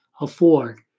afford